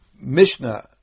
Mishnah